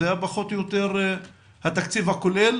זה פחות או יותר התקציב הכולל